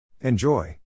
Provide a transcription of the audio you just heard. Enjoy